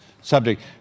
subject